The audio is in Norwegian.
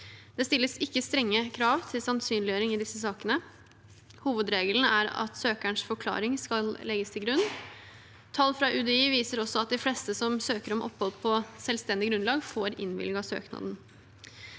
Det stilles ikke strenge krav til sannsynliggjøring i disse sakene. Hovedregelen er at søkerens forklaring skal legges til grunn. Tall fra UDI viser også at de fleste som søker om opphold på selvstendig grunnlag, får innvilget søknaden.